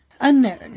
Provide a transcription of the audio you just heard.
Unknown